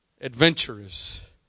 adventurous